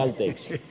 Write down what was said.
anteeksi